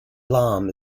lam